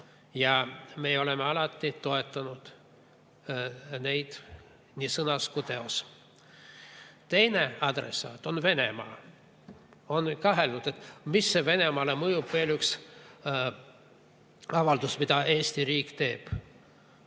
Ja me oleme alati toetanud neid nii sõnas kui ka teos. Teine adressaat on Venemaa. On kaheldud, et mis see Venemaale mõjub, veel üks avaldus, mida Eesti riik teeb.